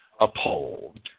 uphold